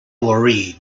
laurie